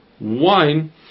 wine